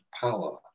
power